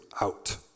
out